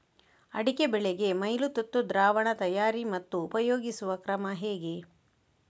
ಅಡಿಕೆ ಬೆಳೆಗೆ ಮೈಲುತುತ್ತು ದ್ರಾವಣ ತಯಾರಿ ಮತ್ತು ಉಪಯೋಗಿಸುವ ಕ್ರಮ ಹೇಗೆ?